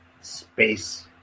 space